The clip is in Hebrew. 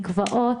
מקוואות,